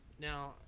Now